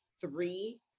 three